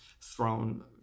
thrown